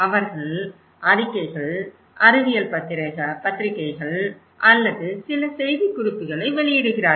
அவர்கள் அறிக்கைகள் அறிவியல் பத்திரிகைகள் அல்லது சில செய்திக்குறிப்புகளை வெளியிடுகிறார்கள்